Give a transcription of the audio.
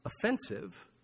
offensive